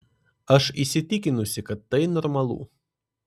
aš įsitikinusi kad tai normalu